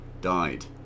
died